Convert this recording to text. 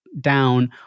down